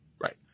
Right